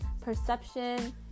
perception